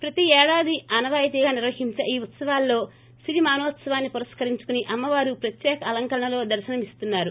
ప్రతి ఏడాది ఆనవాయితీగా నిర్వహించే ఈ భాగంగా సిరిమానోత్సవాన్సి పురస్కరించుకుని అమ్మవారు ప్రత్యేక అలంకరణలో ఉత్సవాల్లో దర్శనమిస్తున్నారు